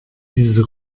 diese